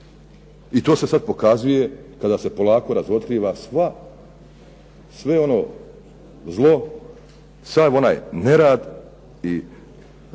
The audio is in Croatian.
i to se sad pokazuje kada se polako razotkriva sve ono zlo, sav onaj nerad i nemoral